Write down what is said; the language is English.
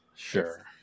Sure